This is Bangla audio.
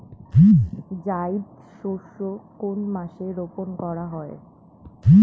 জায়িদ শস্য কোন মাসে রোপণ করা হয়?